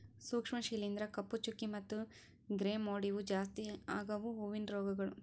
ಸೂಕ್ಷ್ಮ ಶಿಲೀಂಧ್ರ, ಕಪ್ಪು ಚುಕ್ಕಿ ಮತ್ತ ಗ್ರೇ ಮೋಲ್ಡ್ ಇವು ಜಾಸ್ತಿ ಆಗವು ಹೂವಿನ ರೋಗಗೊಳ್